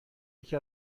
یکی